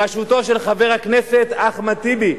בראשותו של חבר הכנסת אחמד טיבי,